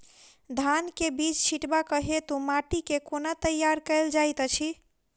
धान केँ बीज छिटबाक हेतु माटि केँ कोना तैयार कएल जाइत अछि?